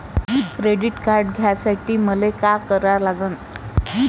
Credit card घ्यासाठी मले का करा लागन?